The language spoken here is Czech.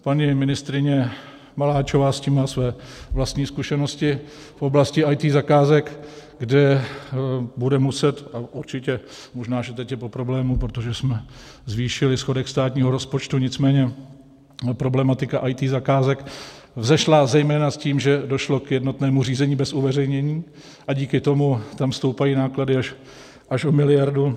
Paní ministryně Maláčová s tím má své vlastní zkušenosti v oblasti IT zakázek, kde bude muset, a určitě, možná že teď je po problému, protože jsme zvýšili schodek státního rozpočtu, nicméně problematika IT zakázek vzešla zejména s tím, že došlo k jednotnému řízení bez uveřejnění a díky tomu tam stoupají náklady až o miliardu.